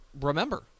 remember